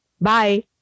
Bye